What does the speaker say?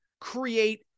create